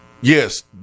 yes